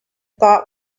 thought